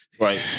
Right